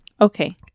Okay